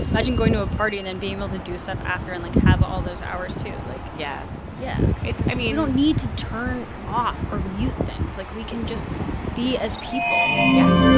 imagine going to a party and then being able to do stuff after and, like, have all those hours too. like. yeah yeah it's i mean. we don't need to turn off or mute things. like, we can just be as people yeah.